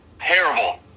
terrible